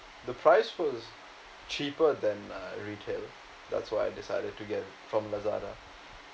the price was cheaper than uh retail that's why I decided to get from lazada